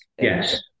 Yes